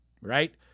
right